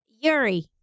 Yuri